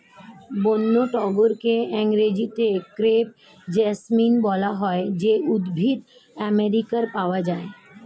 বন্য টগরকে ইংরেজিতে ক্রেপ জেসমিন বলা হয় যে উদ্ভিদ আমেরিকায় পাওয়া যায়